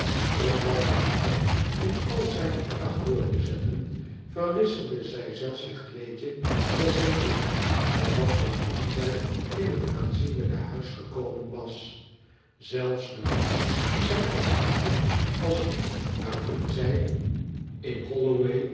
om dat besluit in al zijne kracht door te zetten verwisselde zij zelfe het kleedje dat zij droeg met dat waarin zij in het aanzienlijke huis gekomen was zelfs de hoed dien zij opzette was die waarin zij in holloway